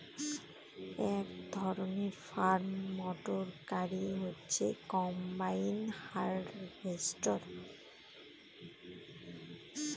এক ধরনের farm motor গাড়ি হচ্ছে কম্বাইন হার্ভেস্টর